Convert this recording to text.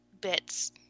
bits